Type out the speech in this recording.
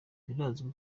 birazwi